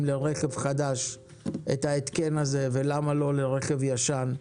התקן כזה רק לרכב חדש ולא לרכב ישן?